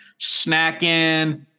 snacking